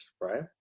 right